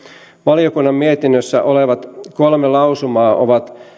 valiokunnan mietinnössä olevat kolme lausumaa ovat